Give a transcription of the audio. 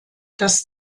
das